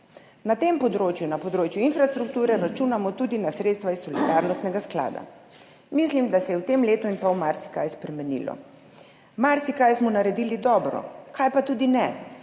Na tem področju, na področju infrastrukture, računamo tudi na sredstva iz solidarnostnega sklada. Mislim, da se je v tem letu in pol marsikaj spremenilo, marsikaj smo naredili dobro, kaj pa tudi ne,